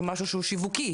כמשהו שהוא שיווקי,